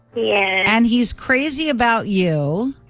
yeah and he's crazy about you.